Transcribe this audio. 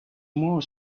more